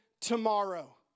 tomorrow